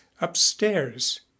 upstairs